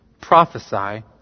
prophesy